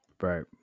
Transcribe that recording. right